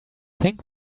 think